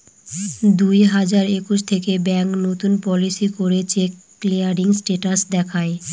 দুই হাজার একুশ থেকে ব্যাঙ্ক নতুন পলিসি করে চেক ক্লিয়ারিং স্টেটাস দেখায়